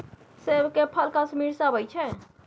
सेब के फल कश्मीर सँ अबई छै